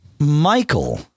Michael